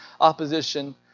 opposition